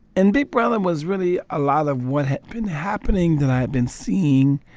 and big brother was really a lot of what had been happening that i had been seeing.